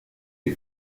les